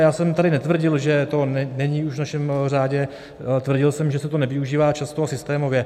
Já jsem tady netvrdil, že to není už v našem řádu, tvrdil jsem, že se to nevyužívá často a systémově.